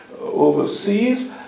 overseas